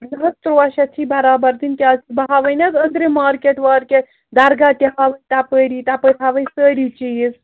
نہٕ حظ تُرٛواہ شَتھ چھی برابر دِنۍ کیٛازکہِ بہٕ ہاوَے نہٕ حظ أنٛدرِم مارکیٹ وارکیٹ دَرگاہ تہِ ہاوَے تَپٲری تپٲرۍ ہاوَے سٲری چیٖز